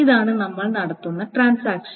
ഇതാണ് നമ്മൾ നടത്തുന്ന ട്രാൻസാക്ഷൻ